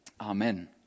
Amen